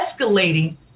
escalating